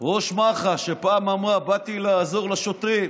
ראש מח"ש, שפעם אמרה: באתי לעזור לשוטרים.